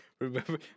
Remember